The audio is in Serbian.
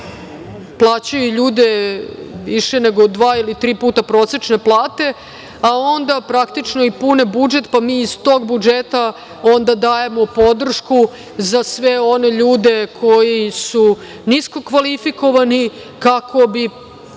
plaćaju ljude više nego dva ili tri puta prosečne plate, a onda praktično i pune budžet pa mi iz tog budžeta onda dajemo podršku za sve one ljude koji su nisko kvalifikovani kako bi